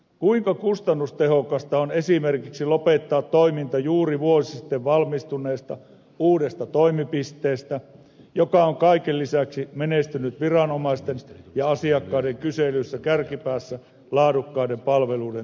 kuinka kustannustehokasta on esimerkiksi lopettaa toiminta juuri vuosi sitten valmistuneesta uudesta toimipisteestä joka on kaiken lisäksi menestynyt viranomaisten ja asiakkaiden kyselyissä kärkipäässä laadukkaiden palveluiden tuottajana